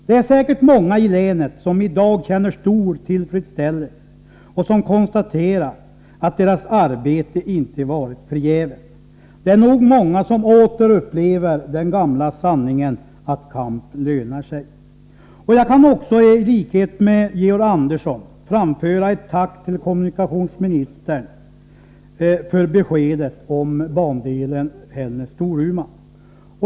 Det är säkert många i länet som i dag känner stor tillfredsställelse och som konstaterar att deras arbete inte varit förgäves. Det är nog många som åter upplever den gamla sanningen att kamp lönar sig. Jag kan också, i likhet med Georg Andersson, framföra ett tack till kommunikationsministern för beskedet om bandelen Hällnäs-Storuman.